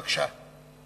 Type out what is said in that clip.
בבקשה.